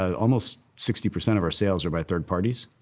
almost sixty percent of our sales are by third parties,